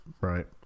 right